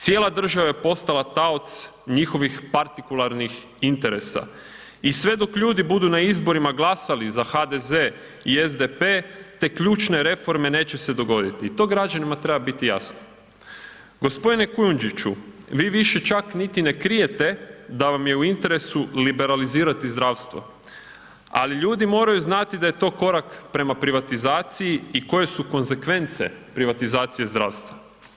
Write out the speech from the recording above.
Cijela država je postala taoc njihovih partikularnih interesa i sve dok ljudi budu na izborima glasali za HDZ i SDP te ključne reforme neće se dogoditi i to građanima treba biti jasno. g. Kujundžiću, vi više čak niti ne krijete da vam je u interesu liberalizirati zdravstvo, ali ljudi moraju znati da je to korak prema privatizaciji i koje su konzekvence privatizacije zdravstva.